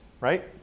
right